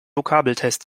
vokabeltest